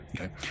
Okay